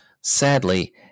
Sadly